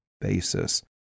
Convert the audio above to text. basis